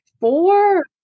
four